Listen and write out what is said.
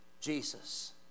Jesus